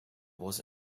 was